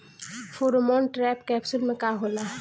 Pheromone trap capsule में का होला?